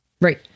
right